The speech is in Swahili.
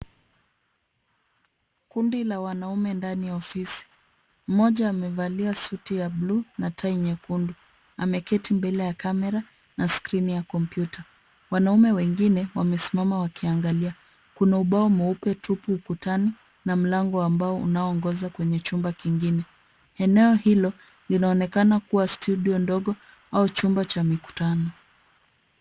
Kundi la wanaume ndani ya ofisi. Mmoja amevalia suti ya buluu na tai nyekundu ameketi mbele ya kamera na skrini ya kompyuta. Wanaume wengine wamesimama wakiangalia. Kuna ubao mweupe tupu ukutani na mlango ambao unaongoza kwenye chumba kingine. Eneo hilo linaonekana kuwa studio ndogo au chumba cha mikutano.